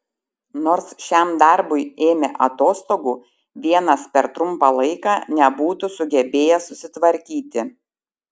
nors šiam darbui ėmė atostogų vienas per trumpą laiką nebūtų sugebėjęs susitvarkyti